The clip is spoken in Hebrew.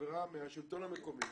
חבריי מהשלטון המקומי,